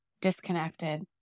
disconnected